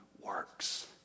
works